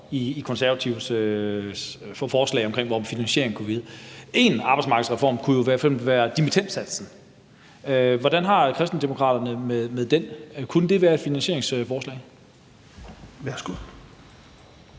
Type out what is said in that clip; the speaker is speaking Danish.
De Konservatives forslag til, hvordan finansieringen kunne blive. En arbejdsmarkedsreform kunne jo i hvert fald være dimittendsatsen. Hvordan har Kristendemokraterne det med den? Kunne det være et finansieringsforslag? Kl.